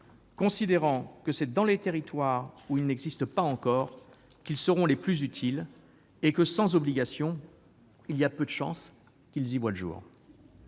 considérant que c'est dans les territoires où ils n'existent pas encore qu'ils seront les plus utiles et que, sans obligation, il y a peu de chances qu'ils y voient le jour.